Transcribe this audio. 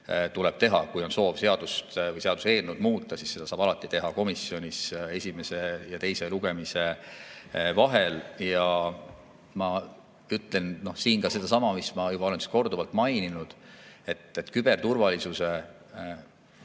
tuleb teha. Kui on soov seadust või seaduseelnõu muuta, siis seda saab alati teha komisjonis esimese ja teise lugemise vahel. Ma ütlen siin sedasama, mida ma juba olen korduvalt maininud, et küberturvalisuse